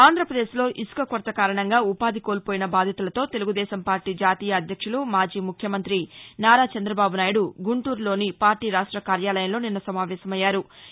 ఆంధ్రప్రదేశ్లో ఇసుక కొరత కారణంగా ఉపాధి కోల్పోయిన బాధితులతో తెలుగుదేశం పార్టీ జాతీయ అధ్యక్షులు మాజీ ముఖ్యమంతి నారా చంద్రబాబు నాయుడు గుంటూరులోని పార్టీ రాష్ట కార్యాలయంలో నిన్న సమావేశమయ్యారు